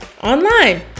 online